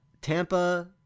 Tampa